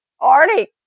Arctic